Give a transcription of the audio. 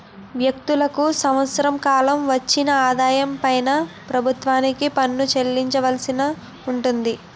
వ్యక్తులకు సంవత్సర కాలంలో వచ్చిన ఆదాయం పైన ప్రభుత్వానికి పన్ను చెల్లించాల్సి ఉంటుంది